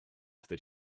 that